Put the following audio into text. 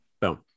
Boom